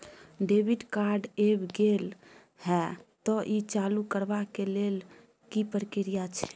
Debit card ऐब गेल हैं त ई चालू करबा के लेल की प्रक्रिया छै?